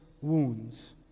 wounds